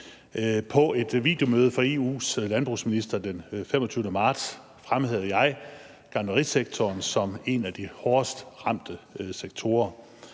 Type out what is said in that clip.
På et videomøde for EU's landbrugsministre den 25. marts fremhævede jeg gartnerisektoren som en af de hårdest ramte sektorer.